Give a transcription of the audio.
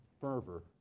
fervor